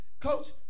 coach